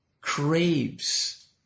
craves